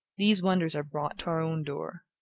these wonders are brought to our own door.